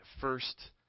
first